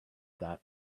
that